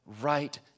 right